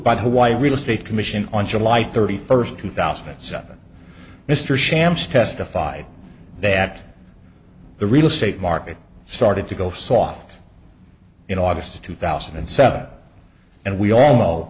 the hawaii real estate commission on july thirty first two thousand and seven mr shams testified that the real estate market started to go soft in august two thousand and seven and we all know